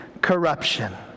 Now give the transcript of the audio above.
corruption